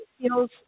feels